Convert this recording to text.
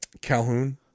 Calhoun